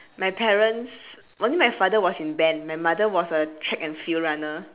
my parents only my father was in band my mother was a track and field runner